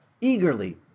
eagerly